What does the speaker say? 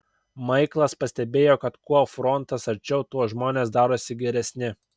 maiklas pastebėjo kad kuo frontas arčiau tuo žmonės darosi geresni